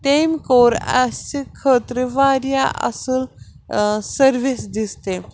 تٔمۍ کوٚر اَسہِ خٲطرٕ وارِیاہ اصٕل سٔروِس دِژ تٔمۍ